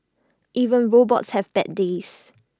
even robots have bad days